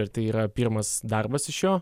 ar tai yra pirmas darbas iš jo